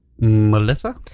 Melissa